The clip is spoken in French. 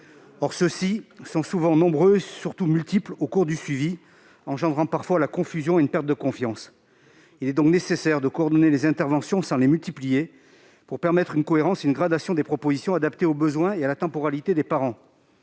Or ceux-ci sont souvent nombreux et ils sont surtout multiples, au cours du suivi, ce qui suscite parfois de la confusion et une perte de confiance. Il est donc nécessaire de coordonner les interventions sans les multiplier, afin d'assurer la cohérence et la gradation des propositions, adaptées aux besoins et à la temporalité des parents.